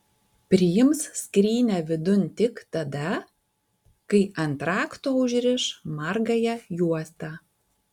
priims skrynią vidun tik tada kai ant rakto užriš margąją juostą